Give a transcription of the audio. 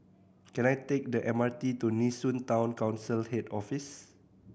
can I take the M R T to Nee Soon Town Council Head Office